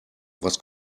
was